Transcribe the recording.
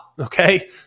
okay